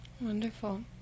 wonderful